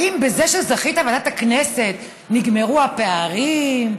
האם בזה שזכית בוועדת הכנסת נגמרו הפערים,